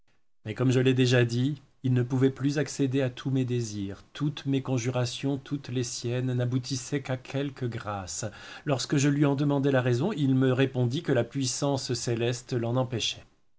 mais comme je l'ai déjà dit il ne pouvait plus accéder à tous mes désirs toutes mes conjurations toutes les siennes n'aboutissaient qu'à quelques grâces lorsque je lui en demandai la raison il me répondit que la puissance céleste l'en empêchait